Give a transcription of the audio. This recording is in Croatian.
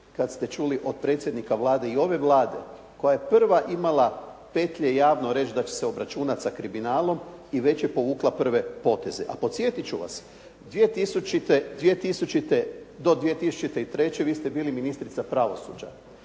kad ste čuli od predsjednika Vlade i ove Vlade koja je prva imala petlje javno reći da će se obračunati sa kriminalom i već je povukla prve poteze, a podsjetit ću vas. 2000. do 2003. vi ste bili ministrica pravosuđa